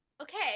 Okay